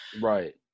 Right